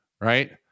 right